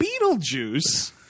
Beetlejuice